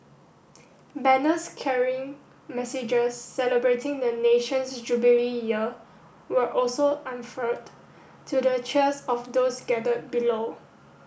banners carrying messages celebrating the nation's Jubilee Year were also unfurled to the cheers of those gathered below